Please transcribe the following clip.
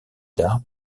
d’art